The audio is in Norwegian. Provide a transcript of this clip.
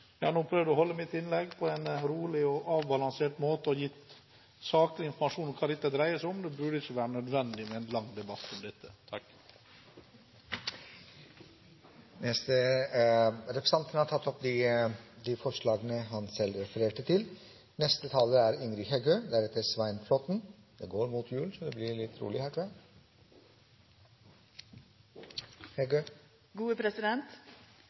Jeg har nå prøvd å holde mitt innlegg på en rolig og avbalansert måte og gitt saklig informasjon om hva dette dreier seg om. Det burde ikke være nødvendig med en lang debatt om dette. Representanten Harald T. Nesvik har tatt opp de forslag han refererte til.